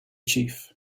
chief